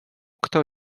kto